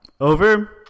Over